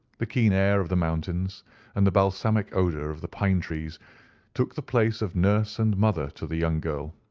the keen air of the mountains and the balsamic odour of the pine trees took the place of nurse and mother to the young girl.